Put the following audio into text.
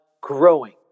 growing